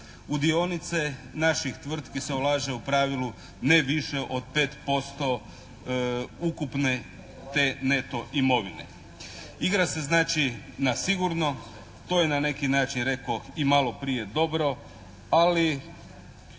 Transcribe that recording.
U dionice naših tvrtki se ulaže u pravilu ne više od 5% ukupne te neto imovine. Igra se znači na sigurno. To je na neki način rekoh i malo prije dobro, ali